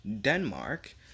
Denmark